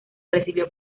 recibió